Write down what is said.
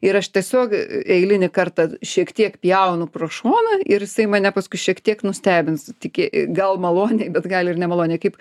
ir aš tiesiog eilinį kartą šiek tiek pjaunu pro šoną ir jisai mane paskui šiek tiek nustebins tikė gal maloniai bet gali ir nemaloniai kaip